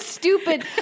stupid